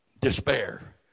despair